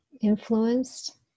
influenced